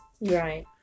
right